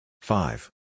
Five